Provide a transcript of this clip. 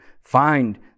find